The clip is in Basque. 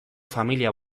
familia